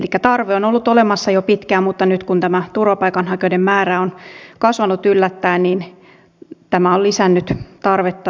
elikkä tarve on ollut olemassa jo pitkään mutta nyt kun tämä turvapaikanhakijoiden määrä on kasvanut yllättäen tämä on lisännyt tarvetta tuntuvasti